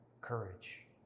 courage